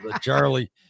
Charlie